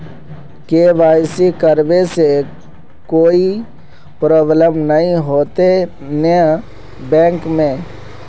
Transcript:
KYC करबे से कोई प्रॉब्लम नय होते न बैंक में?